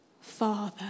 father